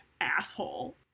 asshole